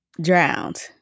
drowned